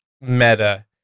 meta